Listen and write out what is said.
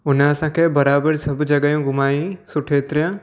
हुन असांखे बराबरि सभु जॻहियूं घुमाईं सुठे तरहिं